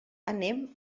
anem